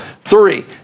Three